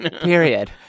Period